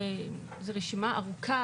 זו רשימה ארוכה.